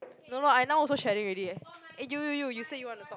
no no I now also shedding already eh you you you you say you want to talk